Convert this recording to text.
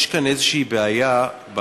יש כאן איזו בעיה במערכת,